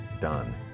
done